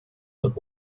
but